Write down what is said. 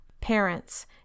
parents